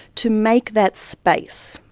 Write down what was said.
to make that space,